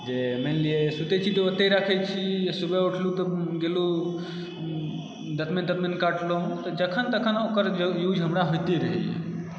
जे मानि लिए सुतै छी तऽ ओतय राखै छी सुबह उठलहुँ तऽ गेलहुँ दतमनि ततमनि काटलहुँ जखन तखन ओकर यू हमरा होइते रहैया